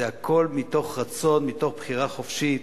זה הכול מתוך רצון, מתוך בחירה חופשית,